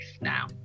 now